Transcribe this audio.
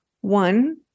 one